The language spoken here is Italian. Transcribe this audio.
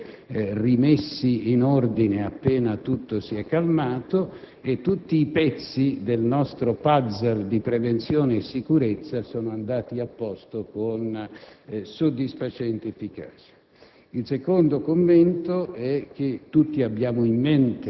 evidentemente, in questa circostanza, però prontamente rimessi in ordine appena tutto si è calmato e tutti i pezzi del nostro *puzzle* di prevenzione e sicurezza sono andati a posto con soddisfacente efficacia.